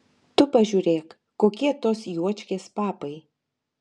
tu pažiūrėk kokie tos juočkės papai